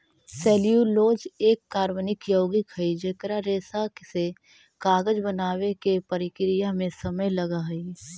cellulose एक कार्बनिक यौगिक हई जेकर रेशा से कागज बनावे के प्रक्रिया में समय लगऽ हई